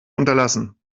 unterlassen